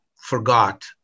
forgot